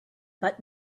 but